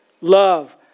love